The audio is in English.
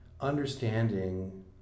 understanding